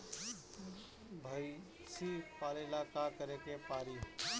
भइसी पालेला का करे के पारी?